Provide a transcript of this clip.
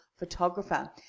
photographer